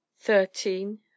Thirteen